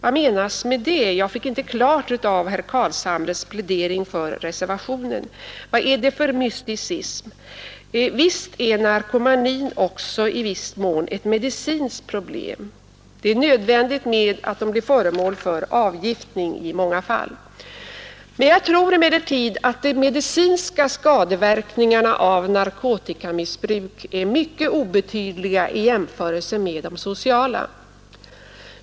Av herr Carlshamres plädering för reservationen fick jag inte klart för mig vad som menas med detta. Vad är det för mysticism? Visst är narkomanin också i viss mån ett medicinskt problem. Avgiftning är nödvändig i många fall. Jag tror emellertid att de medicinska skadeverkningarna av narkotikamissbruk är mycket obetydliga i jämförelse med de sociala.